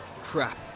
Crap